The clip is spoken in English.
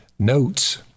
Notes